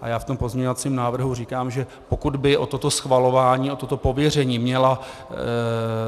A já v tom pozměňovacím návrhu říkám, že pokud by o toto schvalování, o toto pověření měla